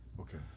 Okay